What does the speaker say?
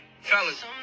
Fellas